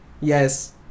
yes